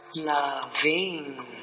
Loving